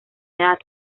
edad